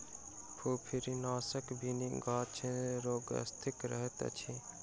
फुफरीनाशकक बिनु गाछ रोगग्रसित रहैत अछि